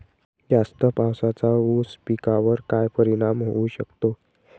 जास्त पावसाचा ऊस पिकावर काय परिणाम होऊ शकतो?